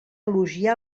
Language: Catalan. elogiar